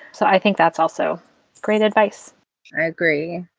so i think that's also great advice i agree.